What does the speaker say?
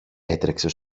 έτρεξε